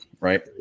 right